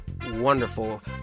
Wonderful